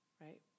right